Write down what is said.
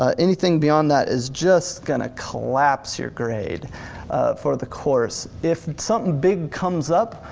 ah anything beyond that is just gonna collapse your grade for the course. if something big comes up,